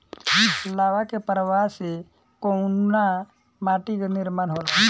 लावा क प्रवाह से कउना माटी क निर्माण होला?